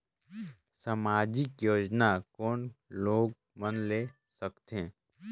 समाजिक योजना कोन लोग मन ले सकथे?